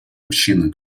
общины